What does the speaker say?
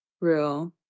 Real